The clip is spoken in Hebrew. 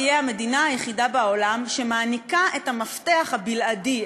המדינה היחידה בעולם שמעניקה את המפתח הבלעדי,